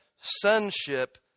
sonship